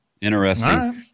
Interesting